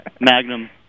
Magnum